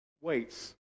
weights